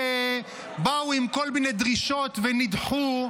שבאו עם כל מיני דרישות ונדחו,